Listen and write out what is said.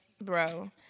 bro